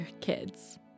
kids